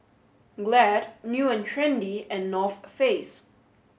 Glad New and Trendy and North Face